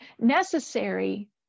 necessary